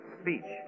speech